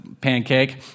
Pancake